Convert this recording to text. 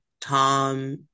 Tom